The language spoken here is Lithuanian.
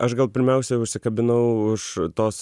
aš gal pirmiausia užsikabinau už tos